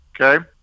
okay